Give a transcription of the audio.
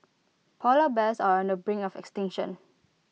Polar Bears are on the brink of extinction